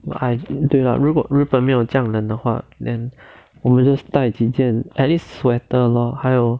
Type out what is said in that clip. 对啦如果日本没有这样冷的话 then 我们 just 带几件 at least sweater lor 还有